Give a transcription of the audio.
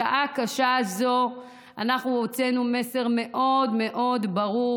בשעה קשה זו אנחנו הוצאנו מסר מאוד מאוד ברור